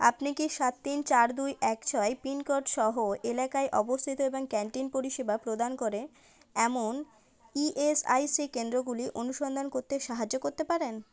আপনি কি সাত তিন চার দুই এক ছয় পিনকোড সহ এলাকায় অবস্থিত এবং ক্যান্টিন পরিষেবা প্রদান করে এমন ইএসআইসি কেন্দ্রগুলি অনুসন্ধান করতে সাহায্য করতে পারেন